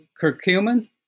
curcumin